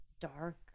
dark